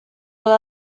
will